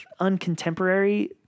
uncontemporary